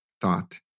thought